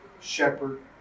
shepherd